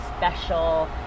special